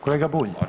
Kolega Bulj?